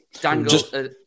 Dangle